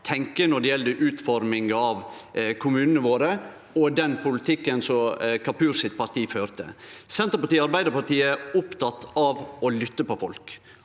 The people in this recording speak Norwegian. tenkjer når det gjeld utforminga av kommunane våre, og den politikken som Kapur sitt parti førte. Senterpartiet og Arbeidarpartiet er opptekne av å lytte til folk,